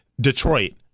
Detroit